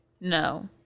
No